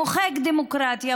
מוחק דמוקרטיה,